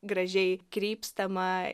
gražiai krypstama